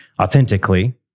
authentically